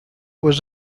was